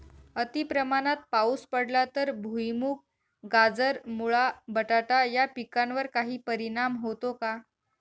अतिप्रमाणात पाऊस पडला तर भुईमूग, गाजर, मुळा, बटाटा या पिकांवर काही परिणाम होतो का?